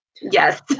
Yes